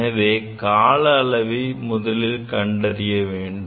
எனவே கால அளவை முதலில் கண்டறிய வேண்டும்